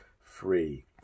free